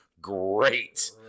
great